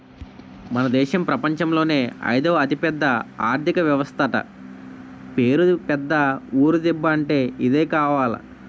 మన దేశం ప్రపంచంలోనే అయిదవ అతిపెద్ద ఆర్థిక వ్యవస్థట పేరు పెద్ద ఊరు దిబ్బ అంటే ఇదే కావాల